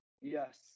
Yes